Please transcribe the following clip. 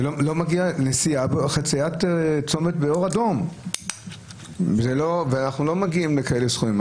היא לא מגיע לחציית צומת באור אדום ואנחנו לא מגיעים לכאלה סכומים.